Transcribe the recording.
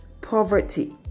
poverty